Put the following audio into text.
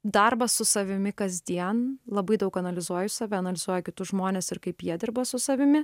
darbas su savimi kasdien labai daug analizuoju save analizuoju kitus žmones ir kaip jie dirba su savimi